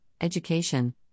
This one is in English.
education